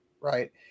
right